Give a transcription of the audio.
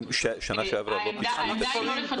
בשנה שעברה לא פיצלו את הסעיפים.